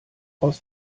aus